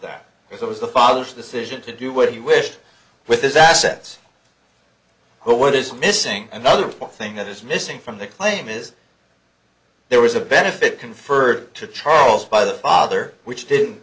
that it was the father's decision to do what he wished with his assets but what is missing another thing that is missing from the claim is there was a benefit conferred to charles by the father which didn't